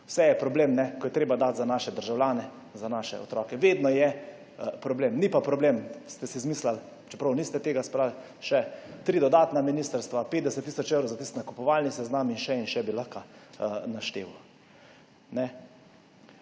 Vse je problem, ko je treba dati za naše državljane, za naše otroke, vedno je problem. Ni pa problem, ste si izmislili, čeprav ni tega še ni, tri dodatna ministrstva, 50 tisoč evrov za tisti nakupovalni seznam in še in še bi lahko našteval.